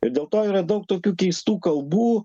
ir dėlto yra daug tokių keistų kalbų